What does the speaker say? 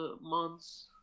months